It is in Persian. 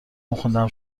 میخوندم